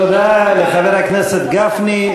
תודה לחבר הכנסת גפני.